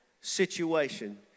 situation